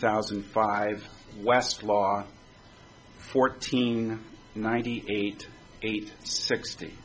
thousand and five west law fourteen ninety eight eight sixty